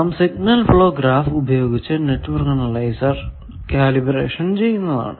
നാം signal flow graph ഉപയോഗിച്ചു network analyser calibration ചെയ്യുന്നതാണ്